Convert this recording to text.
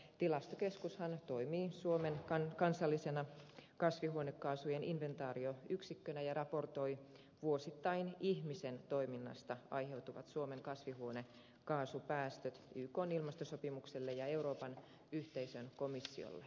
tilastokeskushan toimii suomen kansallisena kasvihuonekaasujen inventaarioyksikkönä ja raportoi vuosittain ihmisen toiminnasta aiheutuvat suomen kasvihuonekaasupäästöt ykn ilmastosopimukselle ja euroopan yhteisön komissiolle